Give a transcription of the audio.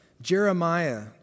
Jeremiah